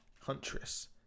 Huntress